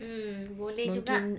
mm boleh juga